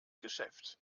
geschäft